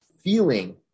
feeling